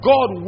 God